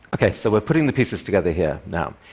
ok, so we're putting the pieces together here now.